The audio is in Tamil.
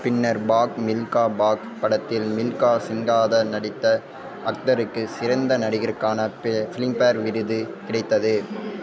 பின்னர் பாக் மில்கா பாக் படத்தில் மில்கா சிங்காக நடித்த அக்தருக்கு சிறந்த நடிகருக்கான பி ஃப்லிம் பேர் விருது கிடைத்தது